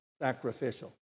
sacrificial